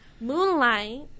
Moonlight